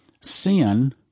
sin